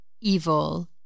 evil